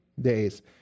days